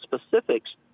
specifics